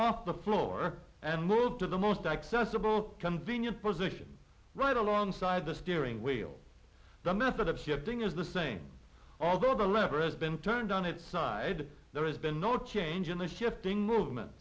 off the floor and move to the most accessible convenient position right alongside the steering wheel the method of shifting is the same although the lever as been turned on its side there has been no change in the shifting movement